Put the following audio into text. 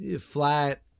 flat